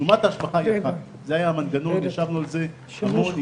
שכל החומרים שאנחנו כחברי כנסת ראינו בזמן יום העיון,